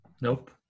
Nope